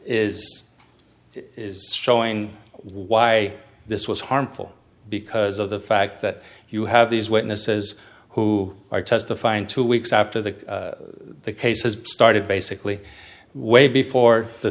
is showing why this was harmful because of the fact that you have these witnesses who are testifying two weeks after the cases started basically way before the